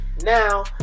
Now